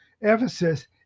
Ephesus